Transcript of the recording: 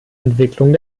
entwicklung